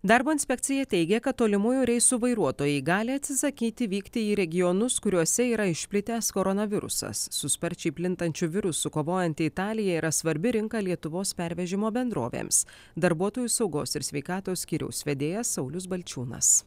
darbo inspekcija teigia kad tolimųjų reisų vairuotojai gali atsisakyti vykti į regionus kuriuose yra išplitęs koronavirusas su sparčiai plintančiu virusu kovojanti italija yra svarbi rinka lietuvos pervežimo bendrovėms darbuotojų saugos ir sveikatos skyriaus vedėjas saulius balčiūnas